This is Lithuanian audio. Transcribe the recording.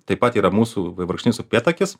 taip pat yra mūsų vaivorykštinis upėtakis